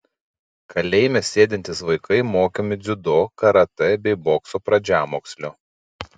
kalėjime sėdintys vaikai mokomi dziudo karatė bei bokso pradžiamokslio